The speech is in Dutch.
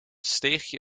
steegje